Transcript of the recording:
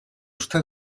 uste